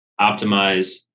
optimize